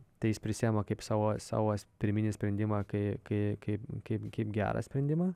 tai jis prisiima kaip savo savo pirminį sprendimą kai kai kaip kaip kaip gerą sprendimą